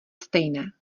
stejné